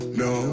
no